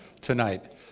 tonight